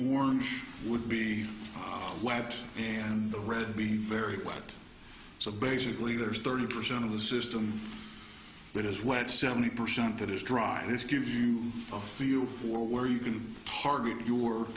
orange would be wet and the red meat very wet so basically there's thirty percent of the system that is wet seventy percent that is dry and it's give you a feel for where you can target you